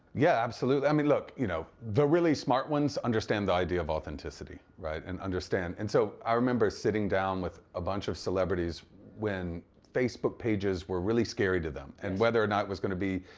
yeah, absolutely. i mean look, you know, the really smart ones understand the idea of authenticity, right? and understand and so i remember sitting down with a bunch of celebrities when facebook pages were really scary to them and whether or not it was gonna be,